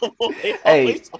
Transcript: hey